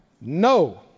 No